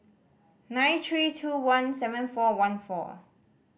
nine three two one seven four one four